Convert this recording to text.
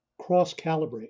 cross-calibrate